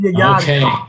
Okay